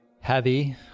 heavy